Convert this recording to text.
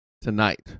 Tonight